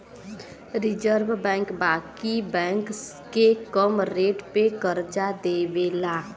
reserve bank बाकी bank के कम रेट पे करजा देवेला